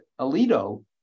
Alito